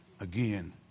again